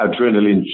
adrenaline